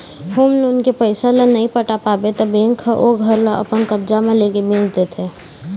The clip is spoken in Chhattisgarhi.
होम लोन के पइसा ल नइ पटा पाबे त बेंक ह ओ घर ल अपन कब्जा म लेके बेंच देथे